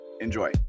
Enjoy